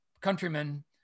countrymen